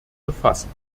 befassen